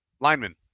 lineman